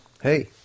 Hey